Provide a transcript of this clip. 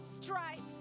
stripes